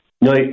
No